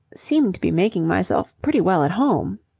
seem to be making myself pretty well at home.